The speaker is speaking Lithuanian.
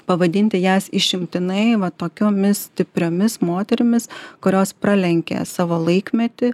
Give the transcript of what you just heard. pavadinti jas išimtinai va tokiomis stipriomis moterimis kurios pralenkia savo laikmetį